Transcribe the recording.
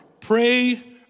pray